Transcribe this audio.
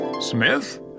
Smith